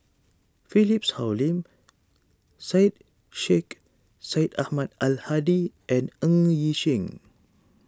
Philip Hoalim Syed Sheikh Syed Ahmad Al Hadi and Ng Yi Sheng